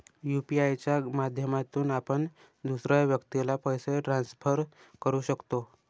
UPI च्या माध्यमातून आपण दुसऱ्या व्यक्तीला पैसे ट्रान्सफर करू शकतो